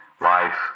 life